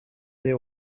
they